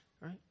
right